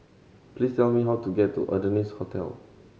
please tell me how to get to Adonis Hotel